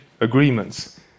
agreements